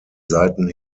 seiten